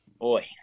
Boy